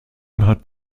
hat